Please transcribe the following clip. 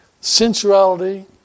sensuality